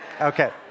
Okay